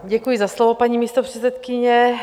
Děkuji za slovo, paní místopředsedkyně.